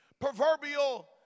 proverbial